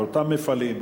אותם מפעלים,